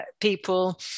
people